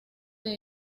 del